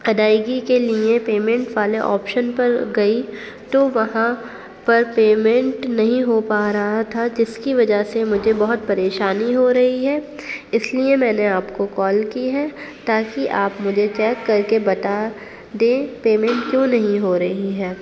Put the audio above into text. ادائیگی کے لیے پیمنٹ والے آپشن پر گئی تو وہاں پر پیمنٹ نہیں ہو پا رہا تھا جس کی وجہ سے مجھے بہت پریشانی ہو رہی ہے اس لیے میں نے آپ کو کال کی ہے تاکہ آپ مجھے چیک کر کے بتا دیں پیمنٹ کیوں نہیں ہو رہی ہے